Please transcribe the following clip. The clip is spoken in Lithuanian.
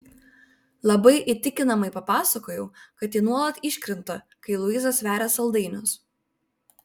labai įtikinamai papasakojau kad ji nuolat iškrinta kai luiza sveria saldainius